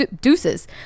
deuces